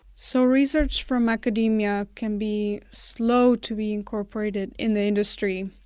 so research from academia can be slow to be incorporated in the industry.